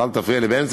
אבל אל תפריע לי באמצע,